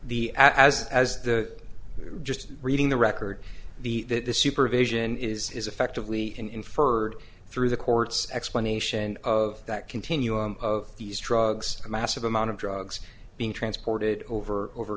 the as as the just reading the record the supervision is effectively inferred through the court's explanation of that continuum of these drugs a massive amount of drugs being transported over over